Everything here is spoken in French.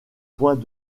points